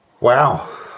Wow